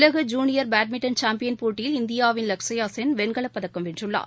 உலக junior badminton champion போட்டியில் இந்தியாவின் லக்ஷயா சென் வெண்கலப் பதக்கம் வென்றுள்ளார்